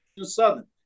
Southern